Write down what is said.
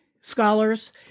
scholars